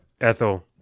Ethel